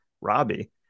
Robbie